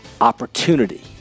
opportunity